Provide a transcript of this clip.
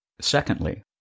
Secondly